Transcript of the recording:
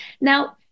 Now